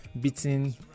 beating